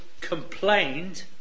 complained